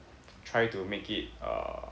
try to make it err